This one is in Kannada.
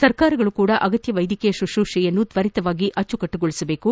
ಸರಕಾರಗಳು ಕೂಡ ಅಗತ್ಯ ವೈದ್ಯಕೀಯ ಶುಶ್ರೂಷೆಯನ್ನು ತ್ವರಿತವಾಗಿ ಅಚ್ಚುಕಟ್ಟುಗೊಳಿಸಬೇಕು